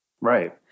Right